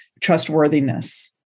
trustworthiness